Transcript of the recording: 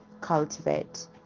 cultivate